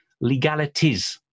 legalities